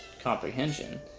comprehension